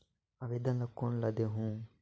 आवेदन ला कोन ला देहुं?